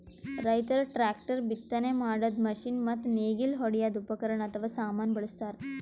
ರೈತರ್ ಟ್ರ್ಯಾಕ್ಟರ್, ಬಿತ್ತನೆ ಮಾಡದ್ದ್ ಮಷಿನ್ ಮತ್ತ್ ನೇಗಿಲ್ ಹೊಡ್ಯದ್ ಉಪಕರಣ್ ಅಥವಾ ಸಾಮಾನ್ ಬಳಸ್ತಾರ್